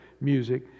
music